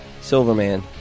Silverman